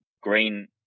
Green